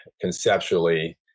conceptually